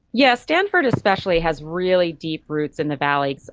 yes, stanford especially has really deep roots in the valley.